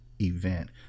event